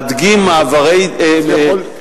להדגים מעברי, אז הוא יכול.